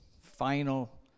final